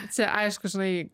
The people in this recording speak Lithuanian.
čia aišku žinai